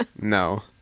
No